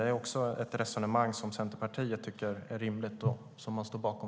Är det ett resonemang som också Centerpartiet tycker är rimligt och står bakom?